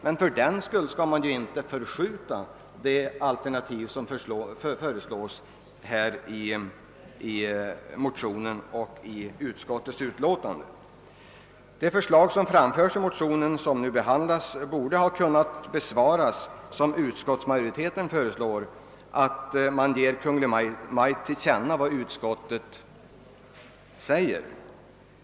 Men fördenskull skall man inte förskjuta det alternativ som föreslås i motionen och i utskottets utlåtande. Den nu föreliggande motionen borde ha kunnat besvarats så som utskottsmajoriteten föreslår, nämligen att man ger Kungl. Maj:t till känna vad utskottet anför.